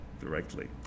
directly